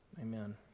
Amen